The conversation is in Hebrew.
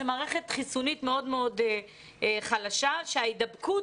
זה מערכת חיסונית מאוד מאוד חלשה שההידבקות